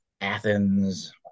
Athens